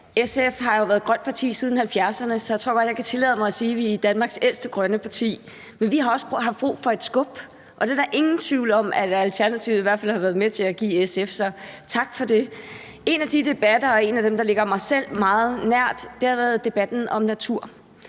SF har jo været et grønt parti siden 1970'erne, så jeg tror godt, at jeg kan tillade mig at sige, at vi er Danmarks ældste grønne parti. Men vi har også haft brug for et skub, og det er der ingen tvivl om at Alternativet i hvert fald har været med til at give SF, så tak for det. En af de debatter, der ligger mig selv meget nært, er debatten om natur,